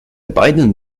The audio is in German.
beiden